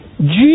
Jesus